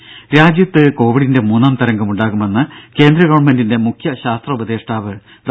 ത രാജ്യത്ത് കോവിഡിന്റെ മൂന്നാം തരംഗം ഉണ്ടാകുമെന്ന് കേന്ദ്ര ഗവൺമെന്റിന്റെ മുഖ്യ ഉപദേഷ്ടാവ് ഡോ